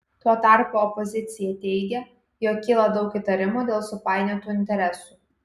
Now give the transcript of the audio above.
tuo tarpu opozicija teigia jog kyla daug įtarimų dėl supainiotų interesų